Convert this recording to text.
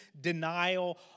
denial